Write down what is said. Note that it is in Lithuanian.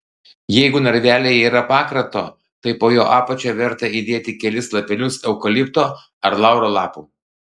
jeigu narvelyje yra pakrato tai po jo apačia verta įdėti kelis lapelius eukalipto ar lauro lapų